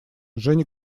женя